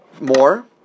more